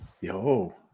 yo